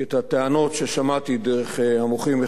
כי את הטענות ששמעתי דרך המוחים,